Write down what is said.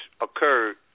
occurred